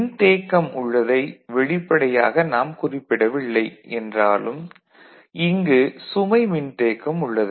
மின்தேக்கம் உள்ளதை வெளிப்படையாக நாம் குறிப்பிடவில்லை என்றாலும் இங்கு சுமை மின்தேக்கம் உள்ளது